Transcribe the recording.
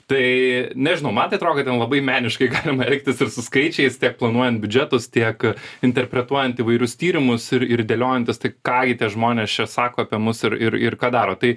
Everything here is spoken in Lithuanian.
tai nežinau man tai atrodo kad ten labai meniškai galima elgtis ir su skaičiais tiek planuojant biudžetus tiek interpretuojant įvairius tyrimus ir ir dėliojantis tai ką gi tie žmonės čia sako apie mus ir ir ir ką daro tai